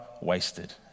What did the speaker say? wasted